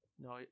no